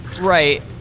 Right